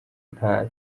nta